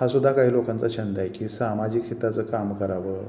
हासुद्धा काही लोकांचा छंद आहे की सामाजिक हिताचं काम करावं